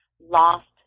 lost